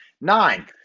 Nine